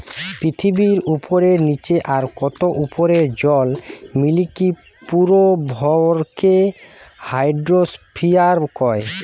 পৃথিবীর উপরে, নীচে আর তার উপরের জল মিলিকি পুরো ভরকে হাইড্রোস্ফিয়ার কয়